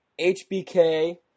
HBK